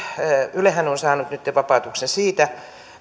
ylehän on saanut nytten vapautuksen siitä